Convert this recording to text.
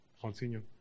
Continue